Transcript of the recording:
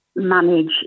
manage